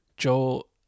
Joel